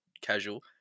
casual